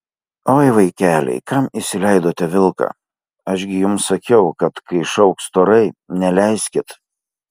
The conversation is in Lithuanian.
oi vaikeliai kam įsileidote vilką aš gi jums sakiau kad kai šauks storai neleiskit